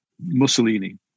Mussolini